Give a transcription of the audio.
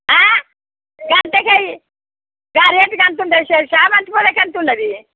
అంతకు వేయి ఆ రేటుకి అంత ఉండదు చామంతి పూలురేట్ అంటున్నది